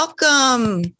welcome